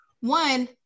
one